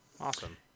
Awesome